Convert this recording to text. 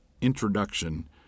introduction